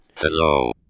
Hello